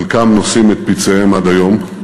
חלקם נושאים את פצעיהם עד היום,